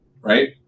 right